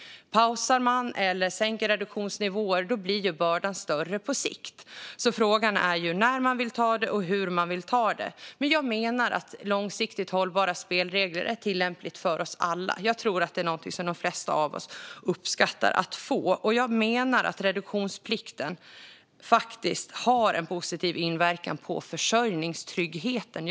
Pausar eller sänker man reduktionsnivåerna blir bördan större på sikt. Frågan är alltså när man vill ta det och hur man vill ta det. Jag menar att långsiktigt hållbara spelregler är tillämpligt för oss alla. Jag tror att det är någonting som de flesta av oss uppskattar att få. Jag menar också att reduktionsplikten faktiskt har en positiv inverkan på försörjningstryggheten.